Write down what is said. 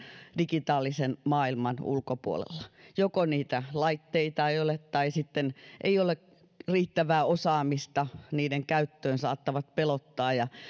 digitaalisen maailman ulkopuolella joko niitä laitteita ei ole tai sitten ei ole riittävää osaamista niiden käyttöön ne saattavat pelottaa ja